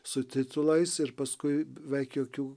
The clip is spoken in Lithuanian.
su titulais ir paskui beveik jokių